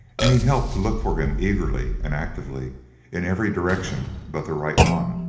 and he helped to look for him eagerly and actively in every direction but the right one.